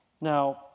Now